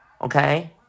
okay